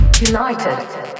United